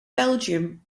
belgium